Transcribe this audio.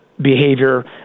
behavior